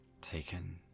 taken